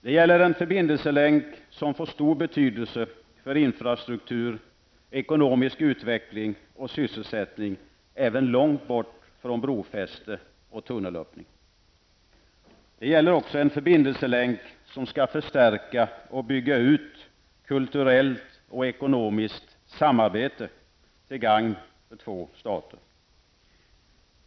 Det gäller en förbindelselänk som får stor betydelse för infrastruktur, ekonomisk utveckling och sysselsättning även långt bort från brofäste och tunnelöppning. -- Det gäller en förbindelselänk som skall möjliggöra en förstärkning och utbyggnad av kulturellt och ekonomiskt samarbete till gagn för två stater.